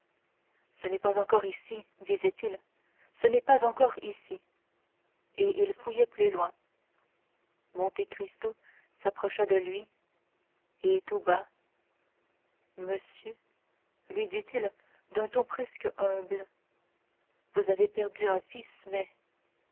ce n'est pas encore ici disait-il ce n'est pas encore ici et il fouillait plus loin monte cristo s'approcha de lui et tout bas monsieur lui dit-il d'un ton presque humble vous avez perdu un fils mais